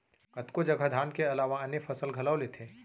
कतको जघा धान के अलावा आने फसल घलौ लेथें